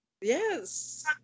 Yes